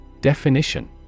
Definition